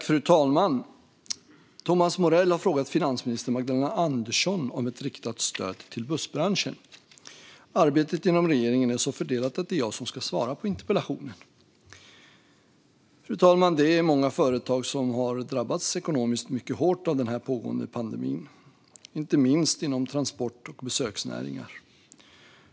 Fru talman! Thomas Morell har frågat finansminister Magdalena Andersson om ett riktat stöd till bussbranschen. Arbetet inom regeringen är så fördelat att det är jag som ska svara på interpellationen. Fru talman! Det är många företag som har drabbats ekonomiskt mycket hårt av den pågående pandemin, inte minst inom transport och besöksnäringar.